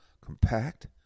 compact